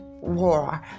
War